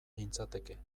nintzateke